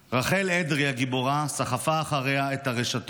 רחל אדרי הגיבורה סחפה אחריה את הרשתות